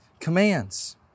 commands